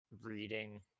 reading